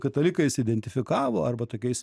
katalikais identifikavo arba tokiais